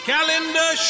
Calendar